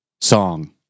song